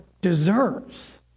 deserves